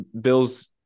Bills